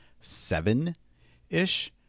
seven-ish